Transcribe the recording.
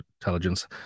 intelligence